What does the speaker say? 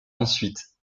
ensuite